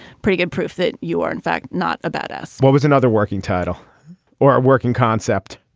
pretty good proof that you are in fact not about us what was another working title or a working concept.